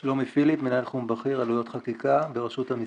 אני מנהל תחום בכיר עלויות חקיקה ברשות המסים.